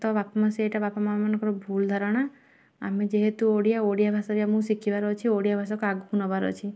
ତ ବାପା ମାଆ ସେଇଟା ବାପା ମାଆ ମାନଙ୍କର ଭୁଲ ଧାରଣା ଆମେ ଯେହେତୁ ଓଡ଼ିଆ ଓଡ଼ିଆ ଭାଷା ବି ଆମକୁ ଶିଖିବାର ଅଛି ଓଡ଼ିଆ ଭାଷାକୁ ଆମକୁ ଆଗକୁ ନେବାର ଅଛି